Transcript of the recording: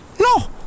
No